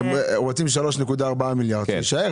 אתם רוצים 3.4 מיליארד שיישאר,